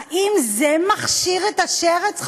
האם זה מכשיר את השרץ,